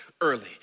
early